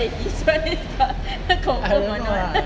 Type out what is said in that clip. I don't know ah